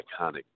iconic